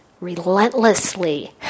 relentlessly